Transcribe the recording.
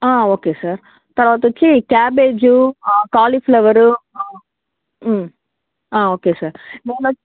okay sir తరువాత వచ్చి cabbage cauliflower ఆ ఓకే సార్